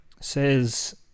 says